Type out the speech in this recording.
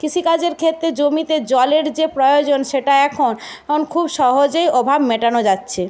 কিষিকাজের ক্ষেত্রে জমিতে জলের যে প্রয়োজন সেটা এখন খুব সহজেই অভাব মেটানো যাচ্ছে